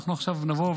עכשיו נבוא,